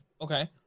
okay